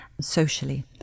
socially